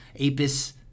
Apis